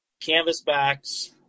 canvasbacks